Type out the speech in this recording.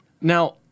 Now